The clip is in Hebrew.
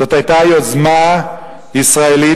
זאת היתה יוזמה ישראלית,